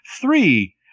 three